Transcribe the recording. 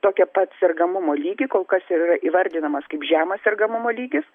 tokią pat sergamumo lygį kol kas ir yra įvardinamas kaip žemas sergamumo lygis